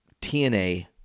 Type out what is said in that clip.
TNA